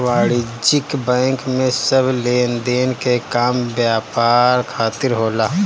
वाणिज्यिक बैंक में सब लेनदेन के काम व्यापार खातिर होला